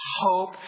hope